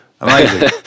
Amazing